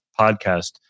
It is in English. podcast